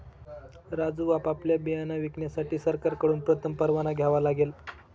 राजू आपल्याला बियाणे विकण्यासाठी सरकारकडून प्रथम परवाना घ्यावा लागेल